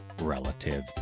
relative